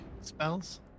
spells